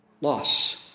loss